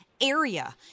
area